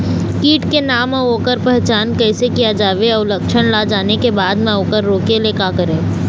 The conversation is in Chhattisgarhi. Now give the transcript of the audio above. कीट के नाम अउ ओकर पहचान कैसे किया जावे अउ लक्षण ला जाने के बाद मा ओकर रोके ले का करें?